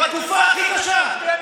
בתקופה הכי קשה.